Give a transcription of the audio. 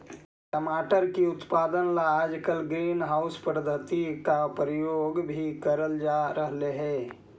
टमाटर की उत्पादन ला आजकल ग्रीन हाउस पद्धति का प्रयोग भी करल जा रहलई हे